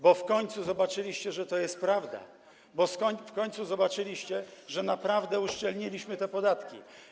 Bo w końcu zobaczyliście, że to jest prawda, bo w końcu zobaczyliście, że naprawdę uszczelniliśmy podatki.